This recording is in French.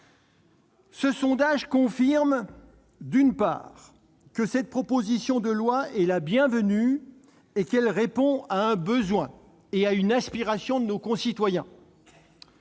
Ce sondage confirme, d'une part, que cette proposition de loi est la bienvenue et qu'elle répond à un besoin et à une aspiration de nos concitoyens,